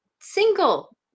single